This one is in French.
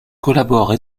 collaborent